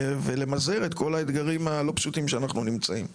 ולמזער את כל האתגרים הלא פשוטים שאנחנו נמצאים מולם.